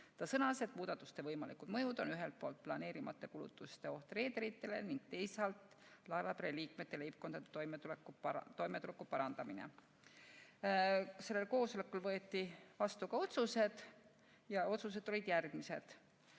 Ta sõnas, et muudatuste võimalikud mõjud on ühelt poolt planeerimata kulutuste oht reederitele ning teisalt laevapere liikmete leibkondade toimetuleku parandamine. Sellel koosolekul võeti vastu ka otsused ja need olid järgmised.